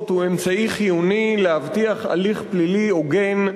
הוא אמצעי חיוני כדי להבטיח הליך פלילי הוגן,